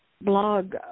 blog